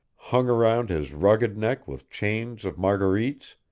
hung round his rugged neck with chains of marguerites,